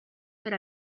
per